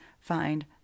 find